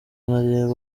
nkareba